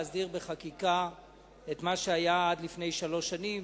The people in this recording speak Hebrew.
בחקיקה את מה שהיה עד לפני שלוש שנים.